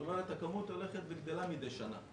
זאת אומרת, הכמות הולכת וגדלה מדי שנה.